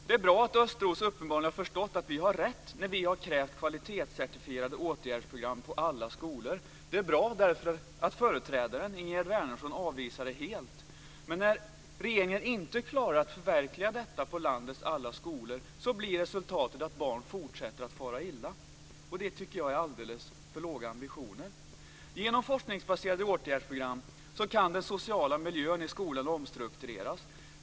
Det är bra att Östros uppenbarligen har förstått att vi har rätt när vi har krävt kvalitetscertifierade åtgärdsprogram på alla skolor. Det är bra därför att företrädaren, Ingegerd Wärnersson, helt avvisade det. Men när regeringen inte klarar att förverkliga detta på landets alla skolor blir resultatet att barn fortsätter att fara illa. Det tycker jag är alldeles för låga ambitioner. Genom forskningsbaserade åtgärdsprogram kan den sociala miljön i skolan omstruktureras.